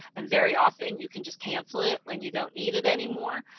and very often you can just cancel it when you don't need it anymore.